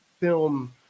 film